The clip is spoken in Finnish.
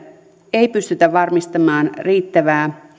ei pystytä varmistamaan riittävää